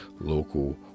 local